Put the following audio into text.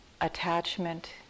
attachment